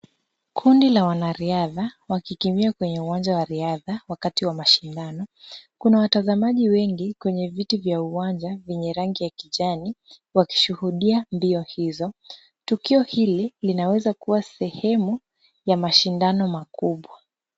Kundi la wanariadha wakikimbia kwenye uwanja wa riadha wakati wa mashindano, Kuna watazamaji wengi kwenye viti vya uwanja vyenye rangi ya kijani wakishuhudia mbio hizo. Tukio hili linaweza kuwa sehemu ya mashindano makubwa.